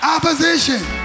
Opposition